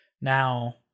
Now